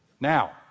Now